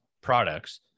products